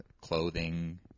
clothing